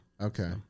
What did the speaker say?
Okay